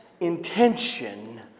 intention